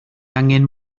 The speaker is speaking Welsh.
angen